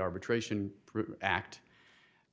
arbitration act